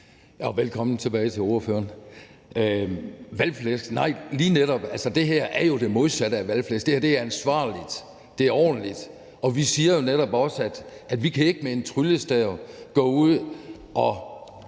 Med hensyn til valgflæsk siger jeg nej. Altså, det her er jo lige netop det modsatte af valgflæsk. Det her er ansvarligt, det er ordentligt. Og vi siger jo netop også, at vi ikke med en tryllestav kan gå ud og